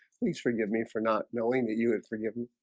please forgive me for not knowing that you had forgiven.